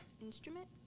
instrument